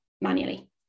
manually